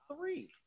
three